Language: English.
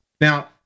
Now